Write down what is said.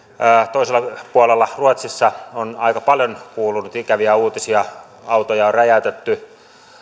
toisella puolella ruotsissa on aika paljon kuulunut ikäviä uutisia autoja on räjäytetty